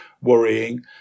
worrying